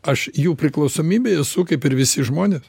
aš jų priklausomybėj esu kaip ir visi žmonės